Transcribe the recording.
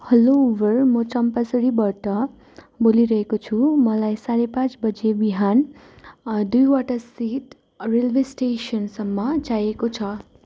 hello Uber म चम्पासरीबाट बोलिरहेको छु मलाई साढे पाँच बजे बिहान दुइवटा सिट रेलवे स्टेसनसम्म चाहिएको छ